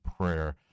prayer